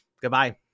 Goodbye